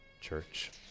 Church